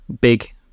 big